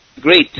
great